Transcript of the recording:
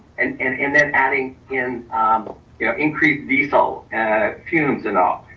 and and and then adding in um you know increased diesel and fumes and all.